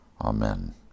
amen